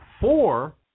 four